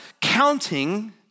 counting